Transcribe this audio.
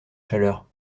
chaleur